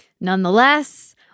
Nonetheless